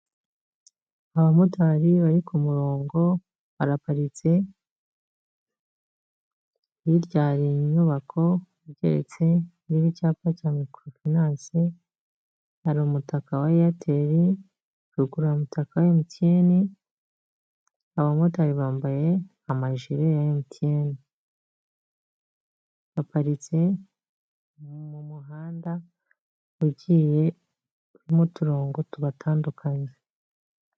Abamotari bari ku murongo baraparitse hirya hari inyubako igeretse iroho icyapa cya mikoro finanse, hari umutaka wa eyateri ruguru hari umutaka emutiyeni, abamotari bambaye amajire ya emutiyeni, baparitse mu muhanda ugiye urimo uturongo tubatandukanya.